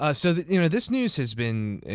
ah so you know this news has been